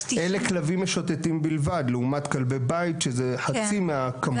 אלה כלבים משוטטים בלבד לעומת כלבי בית שזה חצי מהכמות.